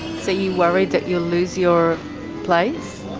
so you're worried that you'll lose your place?